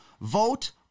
vote